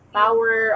power